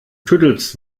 tüdelst